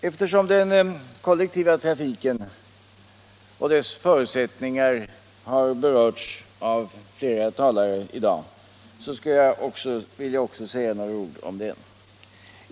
Eftersom den kollektiva trafiken och dess förutsättningar har berörts av flera talare skall jag också säga något om det.